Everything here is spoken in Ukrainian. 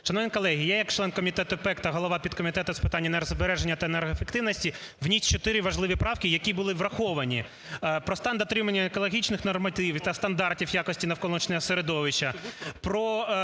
Шановні колеги, я як член Комітету ПЕК та голова підкомітету з питань енергозбереження та енергоефективності вніс чотири важливі правки, які були враховані, про стан дотримання екологічних нормативів та стандартів якості навколишнього середовища;